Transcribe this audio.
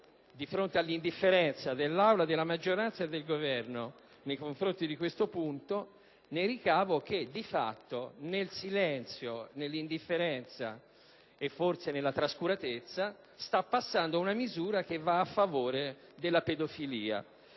di fronte all'indifferenza dell'Assemblea, della maggioranza e del Governo nei confronti di questo punto, che di fatto, nel silenzio, nell'indifferenza, e forse nella trascuratezza, sta passando una misura che non punisce la pedofilia.